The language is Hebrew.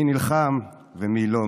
מי נלחם ומי לא,